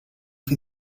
for